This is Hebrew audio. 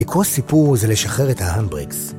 לקרוא סיפור זה לשחרר את ההמברקס.